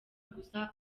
gusa